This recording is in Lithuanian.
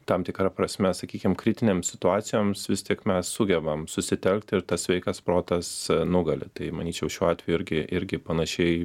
tam tikra prasme sakykim kritinėms situacijoms vis tik mes sugebam susitelkti ir tas sveikas protas nugali tai manyčiau šiuo atveju irgi irgi panašiai